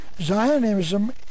Zionism